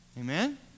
Amen